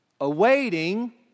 awaiting